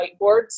whiteboards